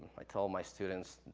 i tell my students,